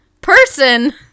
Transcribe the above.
Person